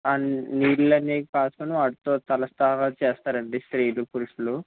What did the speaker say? నీళ్ళు అనేవి కాచుకుని వాటితో తలస్నానాలు చేస్తారండి స్త్రీలు పురుషులు